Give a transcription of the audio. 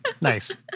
Nice